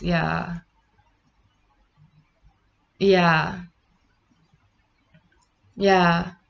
ya ya ya